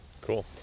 Cool